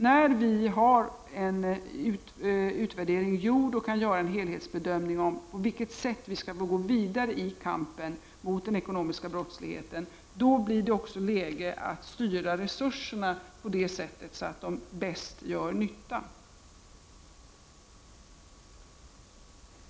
När utvärderingen är gjord och vi kan göra en helhetsbedömning av på vilket sätt vi skall gå vidare i kampen mot den ekonomiska brottsligheten, då blir det också läge att styra resurserna på det sättet att de bäst gör nytta.